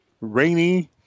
rainy